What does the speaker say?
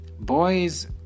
boys